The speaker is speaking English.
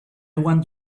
want